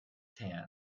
tan